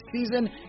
season